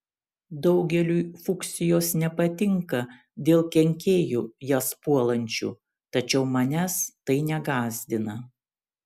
daugeliui fuksijos nepatinka dėl kenkėjų jas puolančių tačiau manęs tai negąsdina